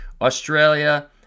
Australia